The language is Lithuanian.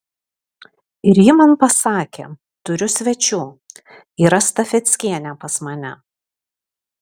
ir ji man pasakė turiu svečių yra stafeckienė pas mane